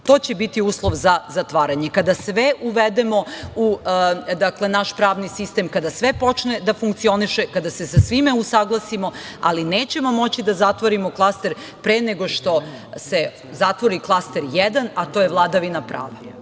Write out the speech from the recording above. To će biti uslov za zatvaranje. Kada sve uvedemo u naš pravni sistem, kada sve počne da funkcioniše, kada se sa svime usaglasimo, ali nećemo moći da zatvorimo klaster pre nego što se zatvori klaster jedan, a to je vladavina prava,